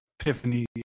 epiphany